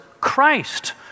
Christ